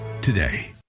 today